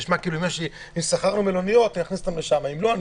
זה נשמע כאילו שאם כבר שכרנו מלוניות אז בואו נכניס לשם אנשים.